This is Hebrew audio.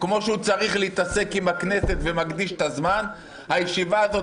כמו שהוא צריך להתעסק עם הכנסת ומקדיש את הזמן הישיבה הזאת